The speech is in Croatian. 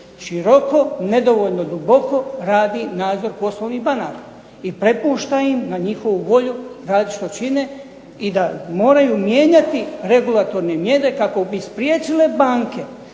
široko, nedovoljno duboko radi nadzor poslovnih banaka i prepušta im na njihovu volju raditi što čine i da moraju mijenjati regulatorne mjere kako bi spriječile banke